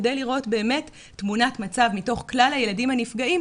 כדי לראות באמת תמונת מצב מתוך כלל הילדים הנפגעים,